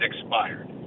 expired